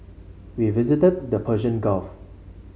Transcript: we visited the Persian Gulf